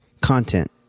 Content